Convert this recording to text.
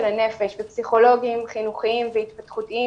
הנפש ופסיכולוגים חינוכיים והתפתחותיים,